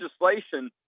legislation